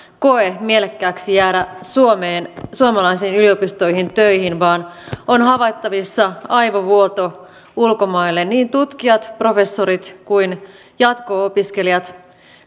koe mielekkääksi jäädä suomeen suomalaisiin yliopistoihin töihin vaan on havaittavissa aivovuoto ulkomaille niin tutkijat professorit kuin jatko opiskelijat